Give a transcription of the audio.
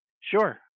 Sure